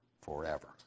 forever